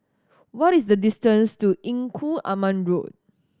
what is the distance to Engku Aman Road